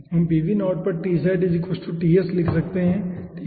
हम पर लिख सकते हैं ठीक है